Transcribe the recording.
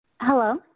Hello